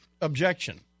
objection